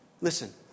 Listen